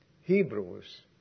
Hebrews